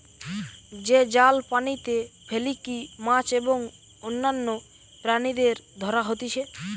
যে জাল পানিতে ফেলিকি মাছ এবং অন্যান্য প্রাণীদের ধরা হতিছে